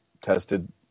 tested